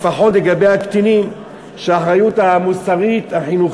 לפחות לגבי הקטינים שהאחריות המוסרית-החינוכית,